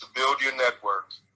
build your network.